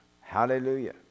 Hallelujah